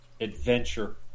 adventure